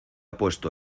puesto